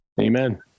Amen